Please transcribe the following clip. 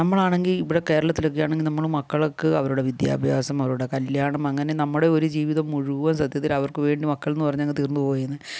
നമ്മളാണെങ്കിൽ ഇവിടെ കേരളത്തിലൊക്കെ ആണെങ്കിൽ നമ്മൾ മക്കൾക്ക് അവരുടെ വിദ്യാഭ്യാസം അവരുടെ കല്യാണം അങ്ങനെ നമ്മുടെ ഒരു ജീവിതം മുഴുവൻ സത്യത്തിൽ അവർക്ക് വേണ്ടി മക്കളെന്ന് പറഞ്ഞാൽ അങ്ങ് തീർന്ന് പോയേനെ